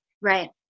Right